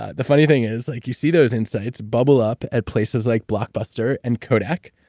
ah the funny thing is, like, you see those insights bubble up at places like blockbuster and kodak,